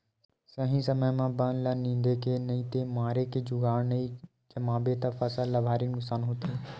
सही समे म बन ल निंदे के नइते मारे के जुगाड़ नइ जमाबे त फसल ल भारी नुकसानी होथे